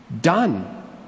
Done